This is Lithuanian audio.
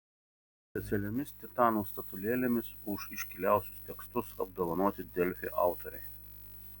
specialiomis titanų statulėlėmis už iškiliausius tekstus apdovanoti delfi autoriai